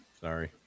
Sorry